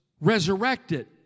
resurrected